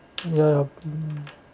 ya ya